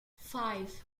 five